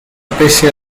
pese